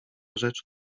rzecz